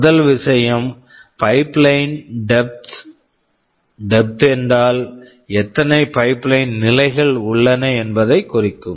முதல் விஷயம் pipeline pipeline depth depth depth depth என்றால் எத்தனை பைப்லைன் pipeline நிலைகள் உள்ளன என்பதை குறிக்கும்